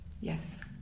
Yes